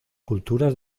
culturas